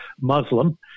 Muslim